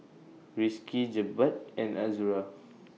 Rizqi Jebat and Azura